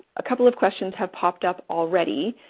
a couple of questions have popped up already.